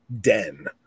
den